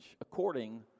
according